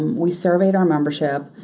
we surveyed our membership,